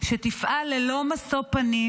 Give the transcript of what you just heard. שתפעל ללא משוא פנים,